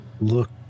look